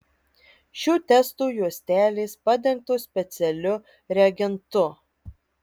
šių testų juostelės padengtos specialiu reagentu